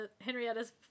Henrietta's